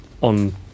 on